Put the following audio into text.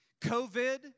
COVID